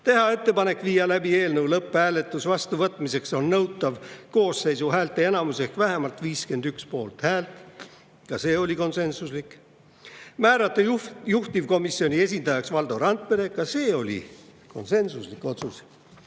teha ettepanek viia läbi eelnõu lõpphääletus, vastuvõtmiseks on nõutav koosseisu häälteenamus ehk vähemalt 51 poolthäält, ka see oli konsensuslik; määrata juhtivkomisjoni esindajaks Valdo Randpere, ka see oli konsensuslik otsus.